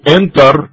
enter